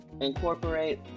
incorporate